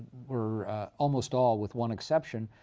were almost all, with one exception,